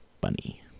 bunny